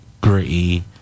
gritty